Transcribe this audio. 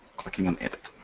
clicking on edit.